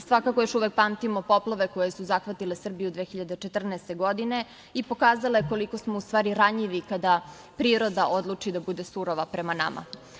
Svakako, još uvek pamtimo poplave koje su zahvalite Srbiju 2014. godine i pokazale koliko smo u stvari ranjivi kada priroda odluči da bude surova prema nama.